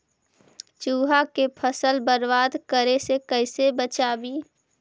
चुहा के फसल बर्बाद करे से कैसे बचाबी?